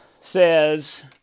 says